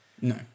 No